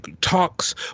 Talks